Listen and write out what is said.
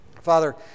father